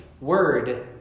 word